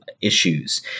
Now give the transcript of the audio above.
issues